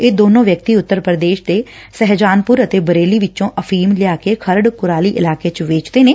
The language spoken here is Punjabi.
ਇਹ ਦੋਨੋ ਵਿਅਕਤੀ ਉਤਰ ਪੁਦੇਸ਼ ਦੇ ਸਹਿਜਾਨਪੁਰੱ ਅਤੇ ਬਰੇਲੀ ਵਿੱਚੋ ਅਫੀਮ ਲਿਆਕੇ ਖਰਤ ਕੁਰਾਲੀ ਇਲਾਕੇ ਵਿੱਚ ਵੇਚਦੇ ਨੇ